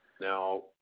Now